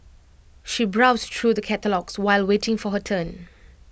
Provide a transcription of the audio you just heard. she browsed through the catalogues while waiting for her turn